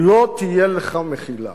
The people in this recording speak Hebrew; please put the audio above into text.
לא תהיה לך מחילה.